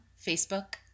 Facebook